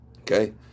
Okay